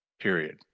Period